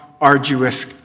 arduous